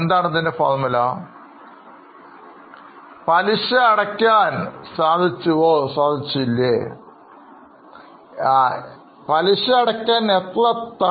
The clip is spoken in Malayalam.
ഇതിൻറെ ഫോർമുല എന്താണ്